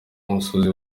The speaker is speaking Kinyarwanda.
musozi